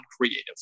creative